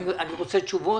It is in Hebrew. אני רוצה תשובות.